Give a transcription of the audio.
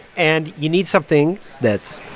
and you need something that's,